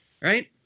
Right